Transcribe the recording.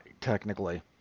technically